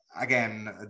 again